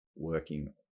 working